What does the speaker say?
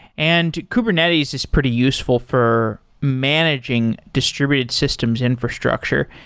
and kubernetes is pretty useful for managing distributed systems infrastructure.